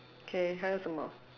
okay 还有什么